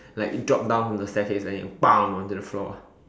like it dropped down from the staircase then it baam onto the floor